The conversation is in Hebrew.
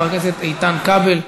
חבר הכנסת איתן כבל,